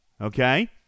okay